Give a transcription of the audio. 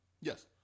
yes